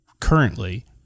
currently